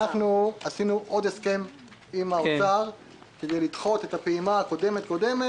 עשינו עוד הסכם עם משרד האוצר כדי לדחות את הפעימה הקודמת-קודמת.